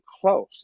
close